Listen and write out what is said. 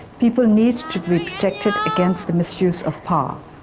people need to be protected against the misuse of power.